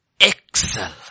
Excel